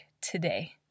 today